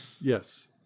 Yes